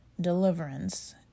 deliverance